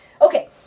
Okay